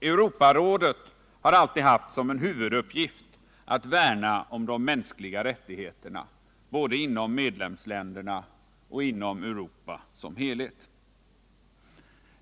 Europarådet har alltid haft som en huvuduppgift att värna om de mänskliga rättigheterna, både inom medlemsländerna och inom Europa som helhet.